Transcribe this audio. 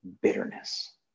bitterness